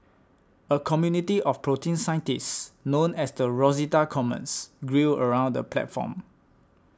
a community of protein scientists known as the Rosetta Commons grew around the platform